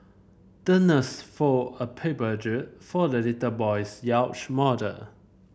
the nurse fold a paper jib for the little boy's yacht model